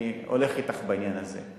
אני הולך אתך בעניין הזה.